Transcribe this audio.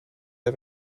der